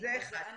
זה אחת.